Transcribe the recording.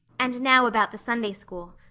and now about the sunday school.